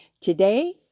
Today